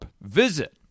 Visit